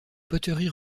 poteries